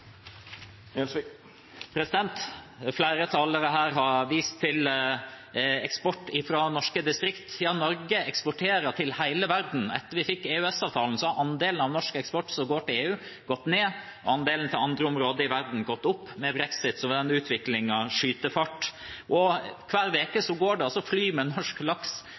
Gjelsvik har hatt ordet to gonger tidlegare og får ordet til ein kort merknad, avgrensa til 1 minutt. Flere her har vist til eksport fra norske distrikt. Ja, Norge eksporterer til hele verden. Etter at vi fikk EØS-avtalen har andelen norsk eksport som går til EU, gått ned, andelen til andre områder i verden har gått opp. Med brexit vil den utviklingen skyte fart. Hver uke går det fly